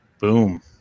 Boom